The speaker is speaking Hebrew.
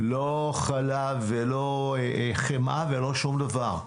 לא חלב, לא חמאה ולא שום דבר.